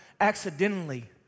accidentally